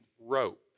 rope